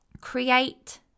create